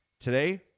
today